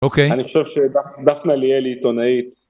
אוקיי. אני חושב שדפנה ליאל היא עיתונאית.